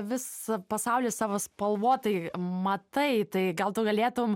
visą pasaulį savo spalvotai matai tai gal tu galėtum